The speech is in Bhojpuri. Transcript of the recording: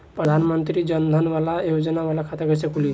प्रधान मंत्री जन धन योजना वाला खाता कईसे खुली?